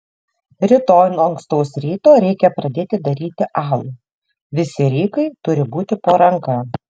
rytoj nuo ankstaus ryto reikią pradėti daryti alų visi rykai turi būti po ranka